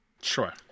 sure